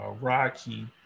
Rocky